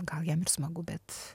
gal jam ir smagu bet